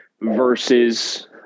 versus